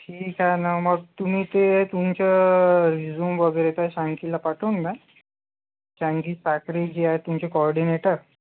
ठीक आहे ना मग तुम्ही ते तुमचं रिजूम वगैरे त्या सॅनकीला पाठवून द्याल सॅनकी साकरे जी आहे तुमची कोऑर्डिनेटर